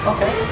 Okay